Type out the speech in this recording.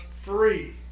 free